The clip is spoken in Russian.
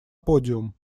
подиум